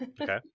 Okay